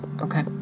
Okay